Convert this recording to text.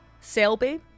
Selby